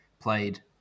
played